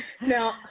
Now